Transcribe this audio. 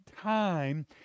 time